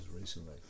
recently